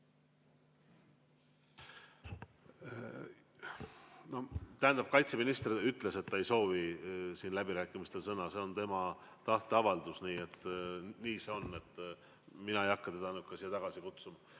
Grünthal. Kaitseminister ütles, et ta ei soovi läbirääkimistel sõna, see on tema tahteavaldus. Nii see on, mina ei hakka teda siia tagasi kutsuma.